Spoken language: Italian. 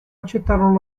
accettarono